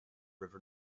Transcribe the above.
river